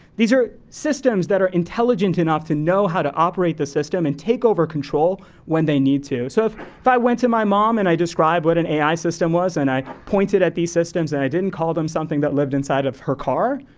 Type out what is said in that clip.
these are systems that are intelligent enough to know how to operate the system and take over control when they need to. so if if i went to my mom and i describe what an ai system was and i pointed at these systems and i didn't call them something that lived inside of her car,